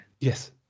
yes